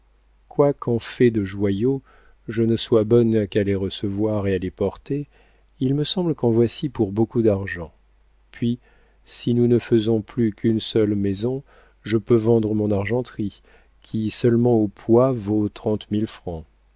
évangélista quoiqu'en fait de joyaux je ne sois bonne qu'à les recevoir et les porter il me semble qu'en voici pour beaucoup d'argent puis si nous ne faisons plus qu'une seule maison je peux vendre mon argenterie qui seulement au poids vaut trente mille francs